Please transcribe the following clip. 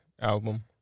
album